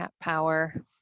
Power